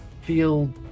feel